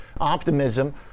optimism